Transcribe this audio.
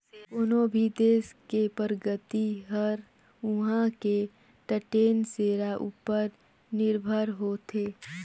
कोनो भी देस के परगति हर उहां के टटेन सेरा उपर निरभर होथे